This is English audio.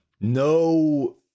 no